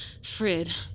Frid